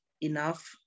enough